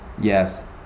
Yes